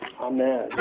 Amen